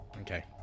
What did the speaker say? Okay